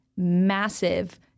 massive